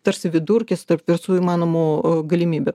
tarsi vidurkis tarp visų įmanomų galimybių